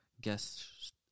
guest